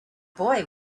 boy